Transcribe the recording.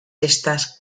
estas